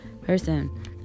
person